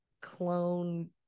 clone